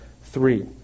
three